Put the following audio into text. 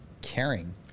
caring